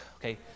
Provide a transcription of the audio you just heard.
Okay